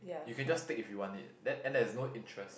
you can just take if you want it then and there's no interest